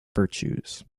virtues